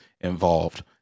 involved